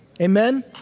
Amen